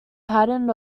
patterned